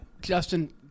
Justin